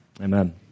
Amen